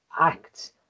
act